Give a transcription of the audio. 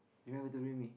remember to bring me